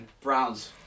Browns